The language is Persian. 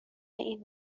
این